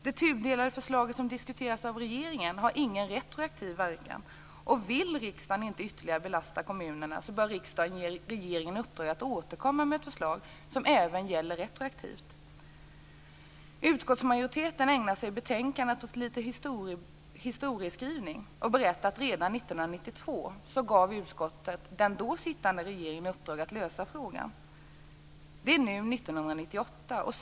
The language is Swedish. Det tudelade förslag som diskuteras av regeringen har ingen retroaktiv verkan, och om riksdagen inte ytterligare vill belasta kommunerna bör man ge regeringen i uppdrag att återkomma med ett förslag som även gäller retroaktivt. Utskottsmajoriteten ägnar sig i betänkandet åt litet historieskrivning och berättar att man redan 1992 gav den då sittande regeringen i uppdrag att hitta en lösning på frågan. Det är nu 1998.